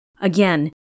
again